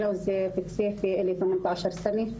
אין להן ביטוח והן לא יכולות לקבל את הטיפול הרפואי כמו שצריך,